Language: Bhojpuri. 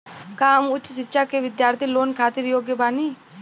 का हम उच्च शिक्षा के बिद्यार्थी लोन खातिर योग्य बानी?